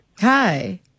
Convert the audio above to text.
Hi